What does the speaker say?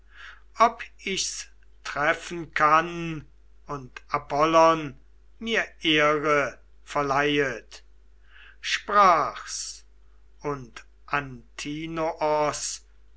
ob ich's treffen kann und apollon mir ehre verleihet sprach's und antinoos